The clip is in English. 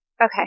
Okay